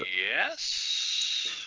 Yes